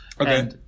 Okay